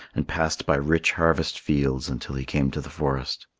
and passed by rich harvest fields until he came to the forest.